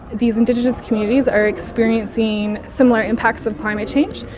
these indigenous communities are experiencing similar impacts of climate change,